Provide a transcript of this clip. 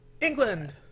England